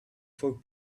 for